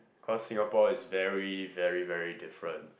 cause Singapore is very very very different